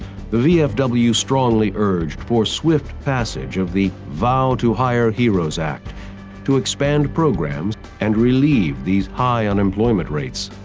the vfw strongly urged for swift passage of the vow to hire heroes act to expand programs and relieve these high unemployment rates.